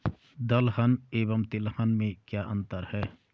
दलहन एवं तिलहन में क्या अंतर है?